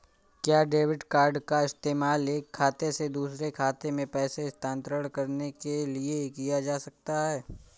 क्या debit card का इस्तेमाल एक खाते से दूसरे खाते में पैसे स्थानांतरण करने के लिए किया जा सकता है?